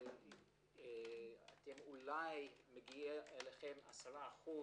אולי מגיעים אליכם 10%